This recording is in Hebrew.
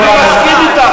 אני מסכים אתך,